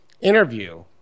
interview